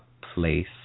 place